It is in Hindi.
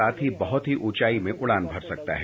साथ ही बहुत ही ऊंचाई में उड़ान भर सकता है